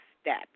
step